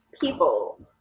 people